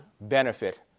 benefit